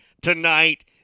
tonight